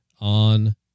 on